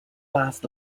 last